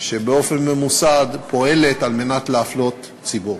שבאופן ממוסד פועלת על מנת להפלות ציבור.